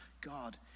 God